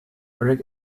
brick